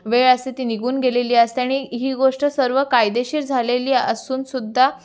वेळ असते ती निघून गेलेली असते आणि ही गोष्ट सर्व कायदेशीर झालेली असून सुद्धा